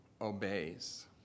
obeys